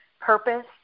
purpose